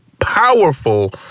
powerful